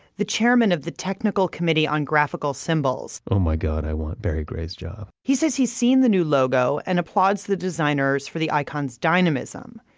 the chairman of the technical committee on graphical symbols oh my god i want barry gray's job. he says he's seen the new logo, and applauds the designers for the icons dynamism.